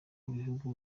ibihugu